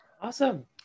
Awesome